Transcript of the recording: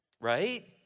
right